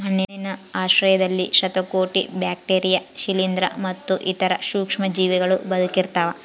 ಮಣ್ಣಿನ ಆಶ್ರಯದಲ್ಲಿ ಶತಕೋಟಿ ಬ್ಯಾಕ್ಟೀರಿಯಾ ಶಿಲೀಂಧ್ರ ಮತ್ತು ಇತರ ಸೂಕ್ಷ್ಮಜೀವಿಗಳೂ ಬದುಕಿರ್ತವ